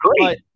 great